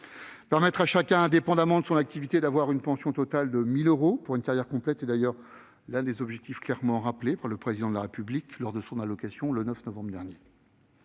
Permettre à chacun, indépendamment de son activité, de percevoir une pension totale de 1 000 euros pour une carrière complète est d'ailleurs l'un des objectifs qui ont été clairement rappelés par le Président de la République, lors de son allocution du 9 novembre dernier.